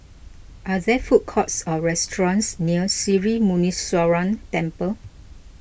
are there food courts or restaurants near Sri Muneeswaran Temple